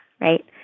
right